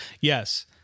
Yes